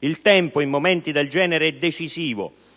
Il tempo, in momenti del genere, è decisivo